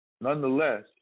Nonetheless